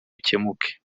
bikemuke